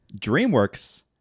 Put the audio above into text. DreamWorks